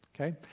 Okay